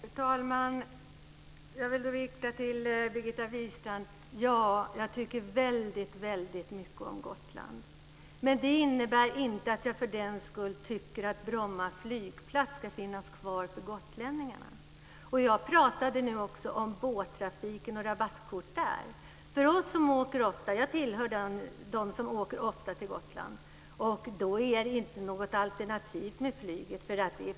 Fru talman! Jag vill säga till Birgitta Wistrand: Jag tycker väldigt väldigt mycket om Gotland. Men det innebär inte att jag tycker att Bromma flygplats ska finnas kvar för gotlänningarna. Jag talade tidigare om båttrafik och rabattkort. För dem som åker ofta till Gotland, och jag tillhör dem, är det inte flyget något alternativ.